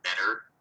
better